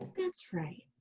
that's right.